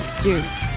Juice